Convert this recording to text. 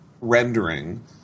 rendering